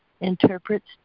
interprets